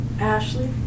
Ashley